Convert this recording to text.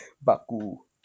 Baku